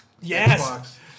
yes